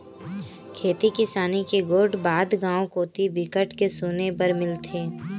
खेती किसानी के गोठ बात गाँव कोती बिकट के सुने बर मिलथे